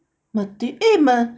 mate~ eh ma~